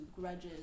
grudges